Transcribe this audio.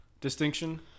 distinction